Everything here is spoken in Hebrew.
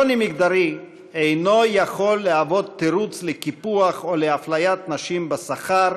שוני מגדרי אינו יכול להוות תירוץ לקיפוח או לאפליית נשים בשכר,